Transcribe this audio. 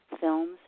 films